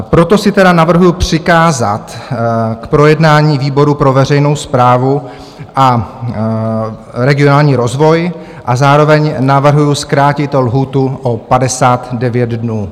Proto navrhuju přikázat k projednání výboru pro veřejnou správu a regionální rozvoj a zároveň navrhuju zkrátit lhůtu o 59 dnů.